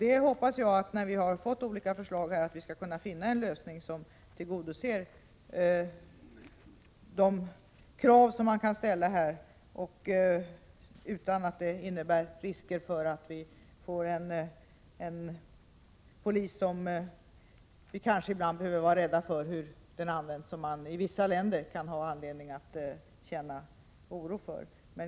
Jag hoppas att vi, när vi har fått olika förslag, skall kunna finna en lösning som tillgodoser de krav som kan ställas, utan att det innebär risker för att vi får en polis som ibland väcker oro hos oss när vi ser hur den används i vissa länder.